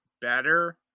better